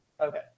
Okay